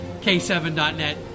K7.net